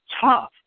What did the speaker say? tough